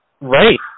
Right